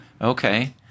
Okay